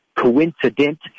coincident